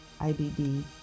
IBD